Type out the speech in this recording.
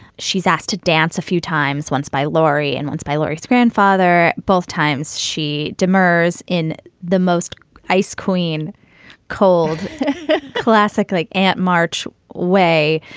she's asked to dance a few times, once by laurie and once by lori's grandfather. both times she demurs in the most ice queen cold classic like aunt march way.